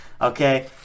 Okay